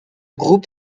groupe